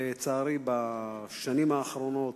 לצערי, בשנים האחרונות,